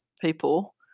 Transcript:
people